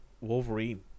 Wolverine